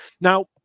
Now